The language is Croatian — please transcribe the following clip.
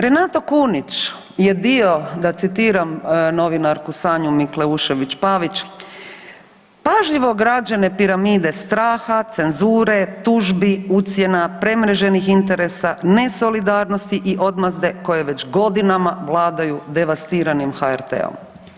Renato Kunić je bio da citiram novinarku Sanju Mikleušević Pavić, pažljivo građene piramide straha, cenzure, tužbi, ucjena, premreženih interesa, nesolidarnosti i odmazde koje već godinama vladaju devastiranim HRT-om.